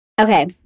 Okay